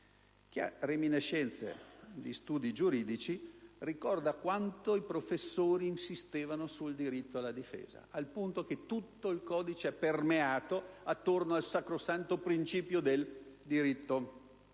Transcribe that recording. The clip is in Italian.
Chi ha reminiscenze di studi giuridici ricorda quanto i professori insistevano sul diritto alla difesa, tanto che tutto il codice è permeato attorno al sacrosanto principio del diritto